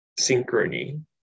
synchrony